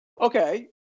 Okay